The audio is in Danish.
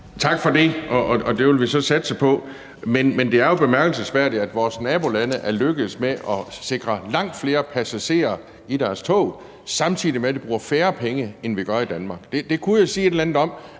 Tak for det. Det vil vi så satse på, men det er jo bemærkelsesværdigt, at vores nabolande er lykkedes med at sikre langt flere passagerer i deres tog, samtidig med at de bruger færre penge, end vi gør i Danmark. Det kunne jo sige et eller andet om,